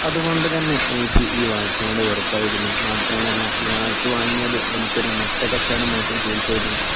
അതുകൊണ്ട് തന്നെ എനിക്ക് ഈ വാച്ചിനോട് വെറുപ്പായിരുന്നു മാത്രമല്ല ഈ വാച്ച് വാങ്ങിയത് എനിക്കൊരു നഷ്ടക്കച്ചവടമായിട്ടും ഫീൽ ചെയ്തു